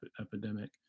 epidemic